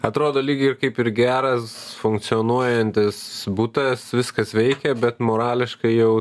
atrodo lyg ir kaip ir geras funkcionuojantis butas viskas veikia bet morališkai jau